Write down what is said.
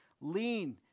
Lean